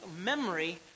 memory